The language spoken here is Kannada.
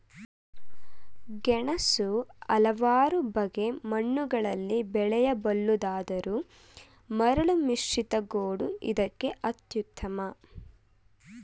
ಗೆಣಸು ಹಲವಾರು ಬಗೆ ಮಣ್ಣುಗಳಲ್ಲಿ ಬೆಳೆಯಬಲ್ಲುದಾದರೂ ಮರಳುಮಿಶ್ರಿತ ಗೋಡು ಇದಕ್ಕೆ ಅತ್ಯುತ್ತಮ